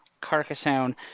Carcassonne